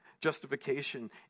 Justification